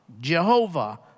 Jehovah